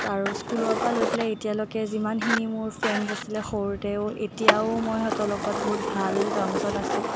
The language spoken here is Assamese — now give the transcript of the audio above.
আৰু স্কুলৰ পৰা লৈ পেলাই এতিয়ালৈকে যিমানখিনি মোৰ ফ্ৰেণ্ডছ আছিলে সৰুতেও এতিয়াও মই সিহঁতৰ লগত বহুত ভাল টাৰ্মছত আছোঁ